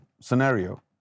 scenario